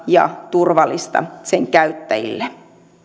ja turvallista sen käyttäjille